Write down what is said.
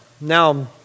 Now